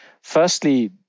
firstly